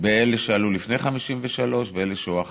ואלה שעלו לפני 1953 ואלה עלו שעלו אחרי,